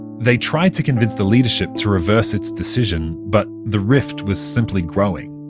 they tried to convince the leadership to reverse its decision. but the rift was simply growing.